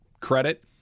credit